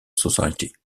society